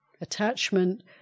attachment